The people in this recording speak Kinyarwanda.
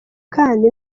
kandi